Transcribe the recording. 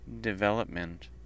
development